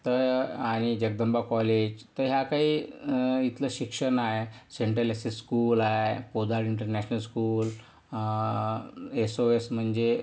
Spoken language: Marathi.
तर आणि जगदंबा कॉलेज तर ह्या काही इथलं शिक्षण आहे सेंट्रल एस एस स्कुल आहे Podar International School S O S म्हणजे